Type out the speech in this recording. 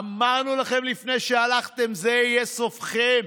אמרנו לכם לפני שהלכתם: זה יהיה סופכם,